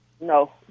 no